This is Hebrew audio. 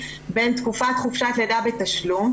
בין תקופת חופשת לידה בתשלום,